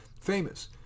famous